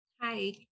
Hi